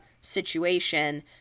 situation